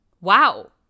Wow